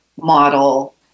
model